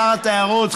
שר התיירות,